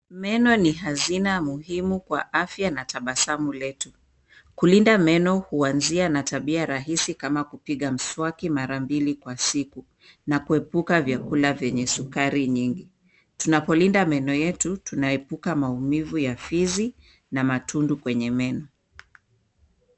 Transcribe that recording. Meno ni hazina muhimu kwa afya na tabasamu letu. Kulinda meno huanzia na tabia rahisi kama kupiga mswaki mara mbili kwa siku na kuepuka vyakula vyenye sukari nyingi. Tunapolinda meno yetu tunaepuka maumivu ya fizi na matundu kwenye meno.